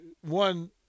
one